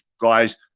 guys